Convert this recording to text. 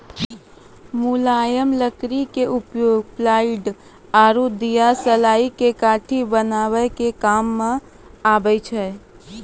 मुलायम लकड़ी के उपयोग प्लायउड आरो दियासलाई के काठी बनाय के काम मॅ आबै छै